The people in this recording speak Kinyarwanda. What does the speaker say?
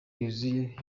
yuzuye